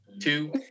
two